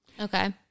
Okay